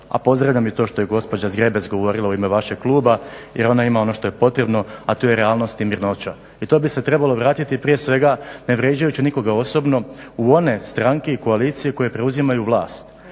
A pozdravljam i to što je gospođa Zgrebec govorila u ime vašeg kluba, jer ona ima ono što je potrebno a to je realnost i mirnoća. I to bi se trebalo vratiti prije svega ne vrijeđajući nikoga osobno u one stranke i koalicije koje preuzimaju vlast.